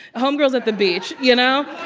homegirl's at the beach, you know?